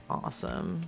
awesome